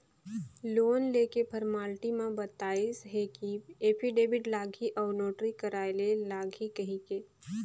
loan लेके formality म बताइस हे कि एफीडेबिड लागही अउ नोटरी कराय ले लागही कहिके